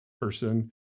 person